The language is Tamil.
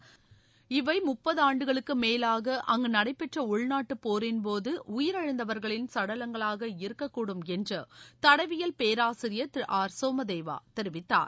மேலாக இவை முப்பதாண்டுகளுக்கு அங்கு நடைபெற்ற உள்நாட்டு போரின்போது உயிரிழந்தவர்களின் சடலங்களாக இருக்கக்கூடும் என்று தடயவியல் பேராசிரியர் திரு ஆர் சோமதேவா தெரிவித்தார்